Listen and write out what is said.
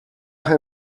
her